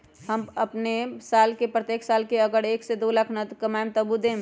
हम अपन साल के प्रत्येक साल मे अगर एक, दो लाख न कमाये तवु देम?